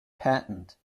patent